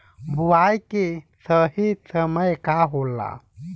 बुआई के सही समय का होला?